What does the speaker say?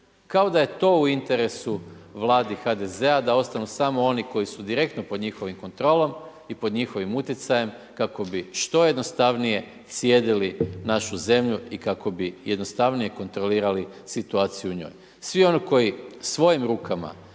Kao da je to u interesu Vladi HDZ-a da ostanu samo oni koji su direktno pod njihovom kontrolom i pod njihovim utjecajem, kako bi što jednostavnije slijedili našu zemlju i kako bi jednostavnije kontrolirali situaciju u njoj. Svi oni koji svojim rukama